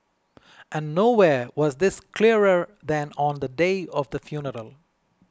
and nowhere was this clearer than on the day of the funeral